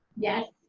yes.